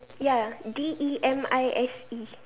ya D E M I S E